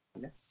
yes